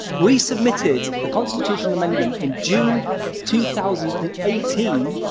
we submitted constitutional amendment in june two thousand and eighteen,